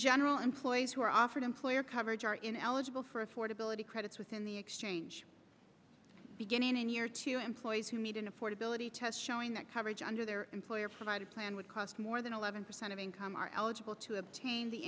general employees who are offered employer coverage are ineligible for affordability credits within the exchange beginning in year two employees who meet in affordability test showing that coverage under their employer provided plan would cost more than eleven percent of income are eligible to obtain the